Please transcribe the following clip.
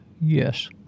yes